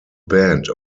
band